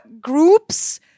groups